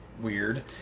weird